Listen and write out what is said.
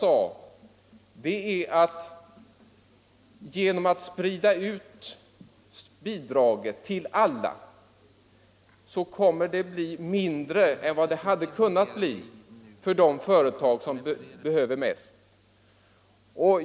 Vad jag sade var att genom att sprida ut bidraget till alla kommer det att bli mindre än vad det hade kunnat bli för de företag som behöver mest.